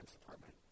department